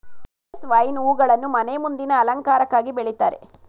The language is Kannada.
ಸೈಪ್ರೆಸ್ ವೈನ್ ಹೂಗಳನ್ನು ಮನೆ ಮುಂದಿನ ಅಲಂಕಾರಕ್ಕಾಗಿ ಬೆಳಿತಾರೆ